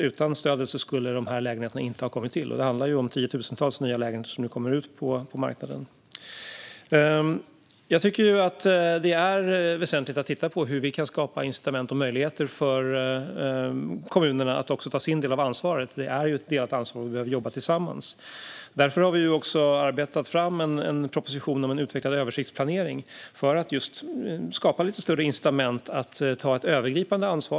Utan stödet skulle dessa lägenheter inte ha kommit till. Det handlar om tiotusentals lägenheter som nu kommer ut på marknaden. Det är väsentligt att titta på hur vi kan skapa incitament och möjligheter för kommunerna att ta sin del av ansvaret. Ansvaret är ju delat, och vi behöver jobba tillsammans. Vi har därför arbetat fram en proposition om en utvecklad översiktsplanering för att lite större incitament ska skapas så att man tar ett övergripande ansvar.